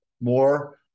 more